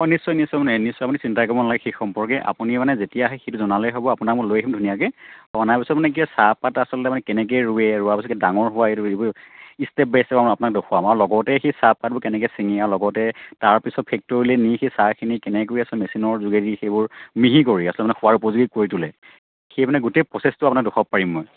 অ' নিশ্চয় নিশ্চয় নিশ্চয় আপুনি চিন্তাই কৰিব নালাগে সেই সম্পৰ্কে আপুনি মানে যেতিয়াই আহে সেইটো জনালে হ'ব আপোনাক মই লৈ আহিম ধুনীয়াকৈ অনাৰ পিছত মানে কি হয় চাহপাত আছলতে মানে কেনেকৈ ৰুৱে ৰোৱাৰ পাছত ডাঙৰ হোৱা ষ্টেপ বাই ষ্টেপ আপোনাক দেখুৱাম লগতে সেই চাহপাতবোৰ কেনেকৈ ছিঙে আৰু লগতে তাৰপিছত ফেক্টৰীলৈ নি সেই চাহ খিনি কেনেকৈ আছলতে মেচিনৰ যোগেদি সেইবোৰ মিহি কৰি আছলতে মানে খোৱাৰ উপযোগী কৰি তোলে সেই মানে গোটেই প্ৰচেছটো আপোনাক দেখুৱাব পাৰিম মই